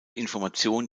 information